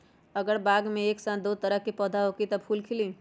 अगर बाग मे एक साथ दस तरह के पौधा होखि त का फुल खिली?